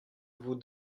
vous